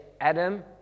Adam